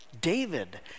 David